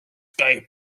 käib